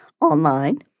online